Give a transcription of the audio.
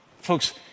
Folks